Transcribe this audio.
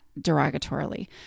derogatorily